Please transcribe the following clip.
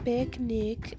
Picnic